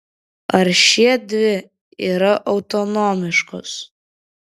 ar šiedvi yra autonomiškos